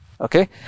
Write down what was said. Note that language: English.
Okay